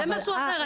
זה משהו אחר.